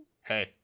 Hey